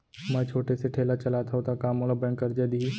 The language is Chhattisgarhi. मैं छोटे से ठेला चलाथव त का मोला बैंक करजा दिही?